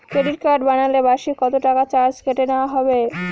Credit card বানালে বার্ষিক কত টাকা চার্জ কেটে নেওয়া হবে?